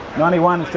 ninety one.